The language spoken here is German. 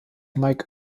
mike